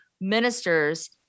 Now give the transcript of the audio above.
ministers